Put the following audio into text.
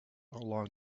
along